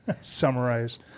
Summarize